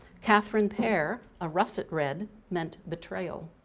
catherine pair, a russet red, meant betrayal.